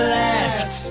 left